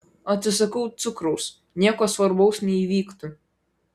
atsisakau cukraus nieko svarbaus neįvyktų